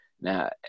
Now